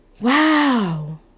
Wow